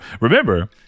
remember